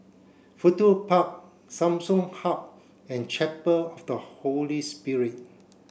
Fudu Park Samsung Hub and Chapel of the Holy Spirit